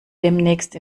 demnächst